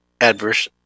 adverse